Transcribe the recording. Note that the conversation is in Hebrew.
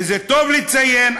וזה טוב לציין,